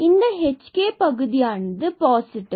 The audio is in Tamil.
இந்த hk பகுதியானது பாசிட்டிவ்